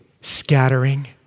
scattering